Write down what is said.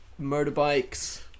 motorbikes